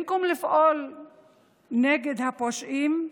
במקום לפעול נגד הפושעים,